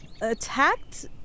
attacked